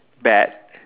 bat